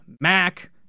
Mac